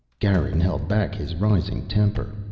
garin held back his rising temper.